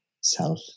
self